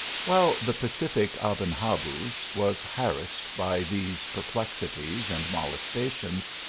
while the pacific aben habuz was harassed by these perplexities and molestations,